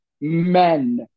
men